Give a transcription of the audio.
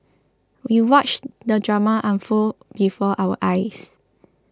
we watched the drama unfold before our eyes